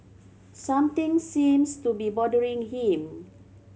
something seems to be bothering him